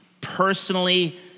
personally